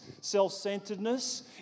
self-centeredness